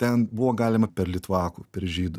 ten buvo galima per litvakų per žydų